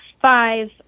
five